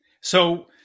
So-